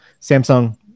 Samsung